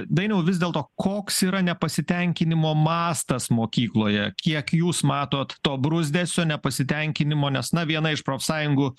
dainiau vis dėlto koks yra nepasitenkinimo mastas mokykloje kiek jūs matot to bruzdesio nepasitenkinimo nes na viena iš profsąjungų